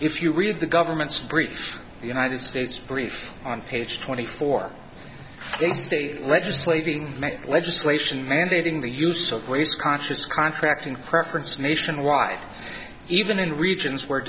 if you read the government's brief the united states brief on page twenty four a state legislator being legislation mandating the use of waste conscious contracting preference nationwide even in regions w